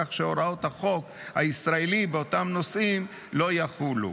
כך שהוראות החוק הישראלי באותם נושאים לא יחולו.